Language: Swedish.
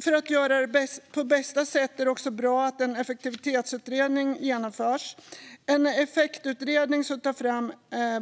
För att göra det på bästa sätt är det också bra att en effektutredning genomförs. Det ska vara en effektutredning som tar fram